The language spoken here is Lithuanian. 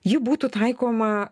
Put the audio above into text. ji būtų taikoma